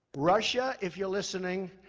russia, if you're listening,